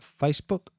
Facebook